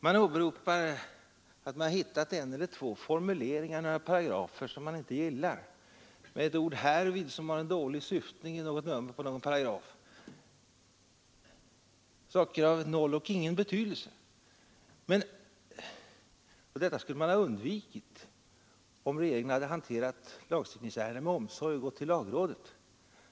Man åberopar att man hittat en eller två formuleringar i några paragrafer som man inte gillar och ett ord ”härvid” som har en dålig syftning i någon paragraf — saker av noll och ingen betydelse. Detta skulle ha kunnat undvikas, menar man, om regeringen hade hanterat lagstiftningsärendet med omsorg och gått till lagrådet.